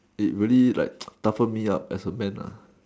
it really like toughen me up as a man lah